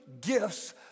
gifts